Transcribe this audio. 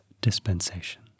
dispensation